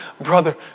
Brother